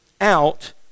out